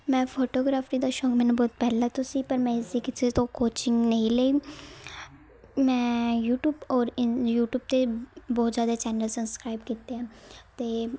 ਮੈਂ ਫੋਟੋਗ੍ਰਾਫੀ ਦਾ ਸ਼ੌਂਕ ਮੈਨੂੰ ਬਹੁਤ ਪਹਿਲਾਂ ਤੋਂ ਸੀ ਪਰ ਮੈਂ ਇਸਦੀ ਕਿਸੇ ਤੋਂ ਕੋਚਿੰਗ ਨਹੀਂ ਲਈ ਮੈਂ ਯੂਟਿਊਬ ਔਰ ਇੰ ਯੂਟਿਊਬ 'ਤੇ ਬਹੁਤ ਜ਼ਿਆਦਾ ਚੈਨਲ ਸਬਸਕ੍ਰਾਈਬ ਕੀਤੇ ਆ ਅਤੇ